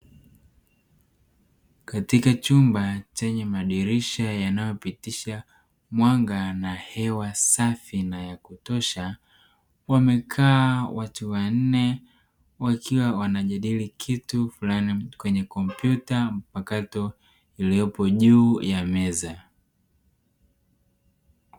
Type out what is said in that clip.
Katika chumba chenye madirisha yanayopitisha mwanga na hewa safi na ya kutosha wamekaa watu wanne ,wakiwa wanajadili kitu fulani kwenye kompyuta mpakato iliyopo juu ya meza.